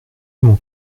mon